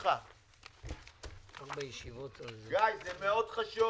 גיא גולדמן, אני מודה לך.